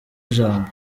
ijambo